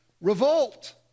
revolt